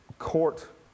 court